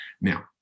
Now